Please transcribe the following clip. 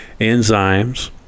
enzymes